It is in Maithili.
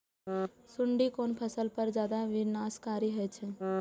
सुंडी कोन फसल पर ज्यादा विनाशकारी होई छै?